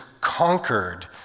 conquered